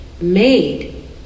made